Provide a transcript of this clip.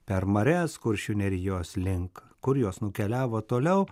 per marias kuršių nerijos link kur jos nukeliavo toliau